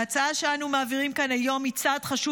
ההצעה שאנו מעבירים כאן היום היא צעד חשוב